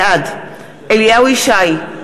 בעד אליהו ישי,